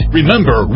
Remember